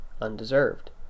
undeserved